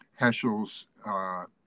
Heschel's